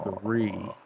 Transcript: three